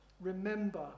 remember